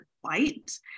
white